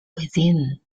within